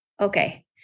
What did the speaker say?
Okay